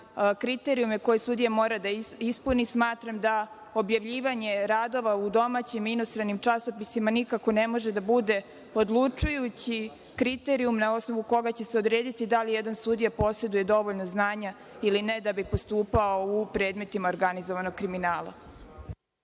kriterijume koje sudija mora da ispuni smatram da objavljivanje radova u domaćim i inostranim časopisima nikako ne može da bude odlučujući kriterijum na osnovu koga će se odrediti da li jedan sudija poseduje dovoljno znanja ili ne da bi postupao u predmetima organizovanog kriminala.